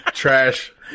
trash